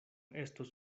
estos